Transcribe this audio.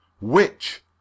Which